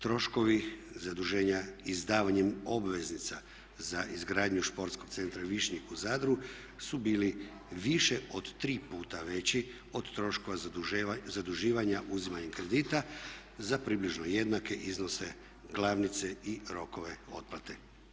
Troškovi zaduženja izdavanjem obveznica za izgradnju športskog centra Višnjik u Zadru su bili više od 3 puta veći od troškova zaduživanja uzimanjem kredita za približno jednake iznose glavnice i rokove otplate.